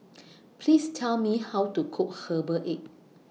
Please Tell Me How to Cook Herbal Egg